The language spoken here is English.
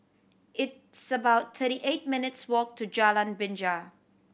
it's about thirty eight minutes' walk to Jalan Binja